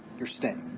you're staying?